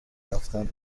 رفتنه